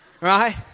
right